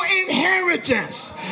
inheritance